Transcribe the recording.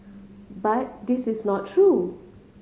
but this is not true